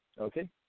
okay